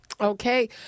Okay